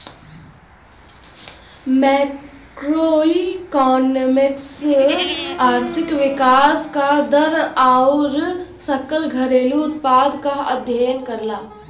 macroeconomics आर्थिक विकास क दर आउर सकल घरेलू उत्पाद क अध्ययन करला